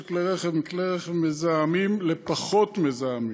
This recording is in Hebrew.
כלי רכב מכלי רכב מזהמים לפחות מזהמים.